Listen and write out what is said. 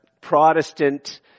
Protestant